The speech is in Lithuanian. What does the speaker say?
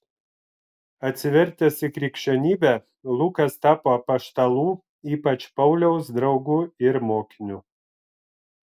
atsivertęs į krikščionybę lukas tapo apaštalų ypač pauliaus draugu ir mokiniu